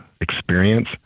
experience